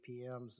APMs